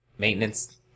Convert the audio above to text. maintenance